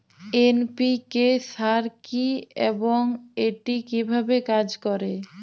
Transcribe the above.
NPK সার কি এবং এটি কিভাবে কাজ করে?